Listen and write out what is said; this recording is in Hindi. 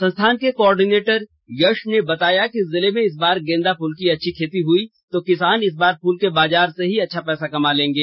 संस्थान के को ऑर्डिनेटर यश ने बताया कि जिले में इस बार गेंदा फुल की अच्छी खेती हई तो किसान इस बार फ़ल के बाजार से ही अच्छा पैसा कमा लेंगे